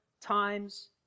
times